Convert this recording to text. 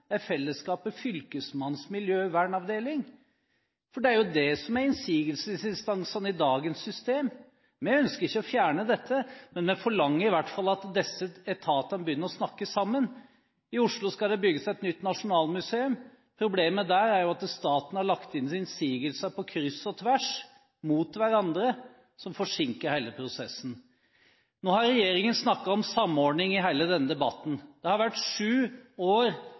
er fellesskapet Fylkesmannens miljøvernavdeling? Det er jo det som er innsigelsesinstansene i dagens system. Vi ønsker ikke å fjerne dette, men vi forlanger i hvert fall at disse etatene begynner å snakke sammen. I Oslo skal det bygges et nytt nasjonalmuseum. Problemet der er at staten har lagt inn innsigelser på kryss og tvers – mot hverandre – noe som forsinker hele prosessen. Nå har regjeringen snakket om samordning i hele denne debatten. Det har vært sju år